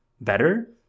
better